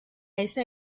esa